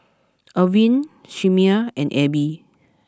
Irven Chimere and Elby